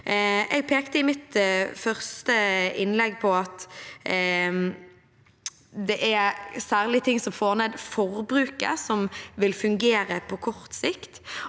Jeg pekte i mitt første innlegg på at det særlig er ting som får ned forbruket, som vil fungere på kort sikt.